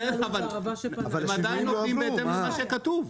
בסדר, אבל הם עדיין עובדים בהתאם למה שכתוב.